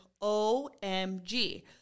OMG